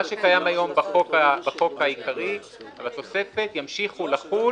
מה שקיים היום בחוק העיקרי על התוספת ימשיך לחול